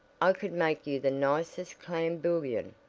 i could make you the nicest clam bouillon,